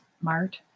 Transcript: smart